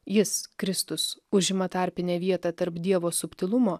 jis kristus užima tarpinę vietą tarp dievo subtilumo